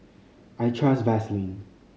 I trust Vaselin